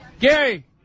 Gary